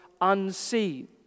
unseen